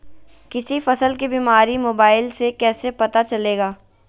किसी फसल के बीमारी मोबाइल से कैसे पता चलेगा?